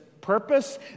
purpose